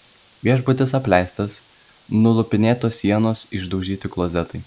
viešbutis apleistas nulupinėtos sienos išdaužyti klozetai